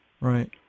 right